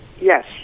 Yes